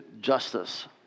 justice